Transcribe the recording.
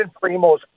Primo's